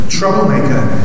Troublemaker